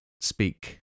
speak